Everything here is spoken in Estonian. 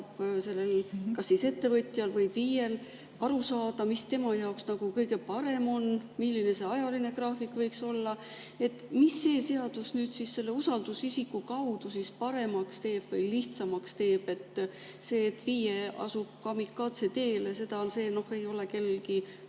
aitab kas ettevõtjal või FIE‑l aru saada, mis tema jaoks kõige parem on, milline see ajaline graafik võiks olla. Mida see seadus nüüd selle usaldusisiku kaudu paremaks või lihtsamaks teeb? See, et FIE asubkamikazeteele, ei ole kellelegi